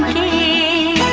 e